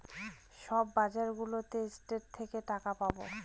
সব বাজারগুলোতে স্টক থেকে টাকা পাবো